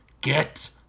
Get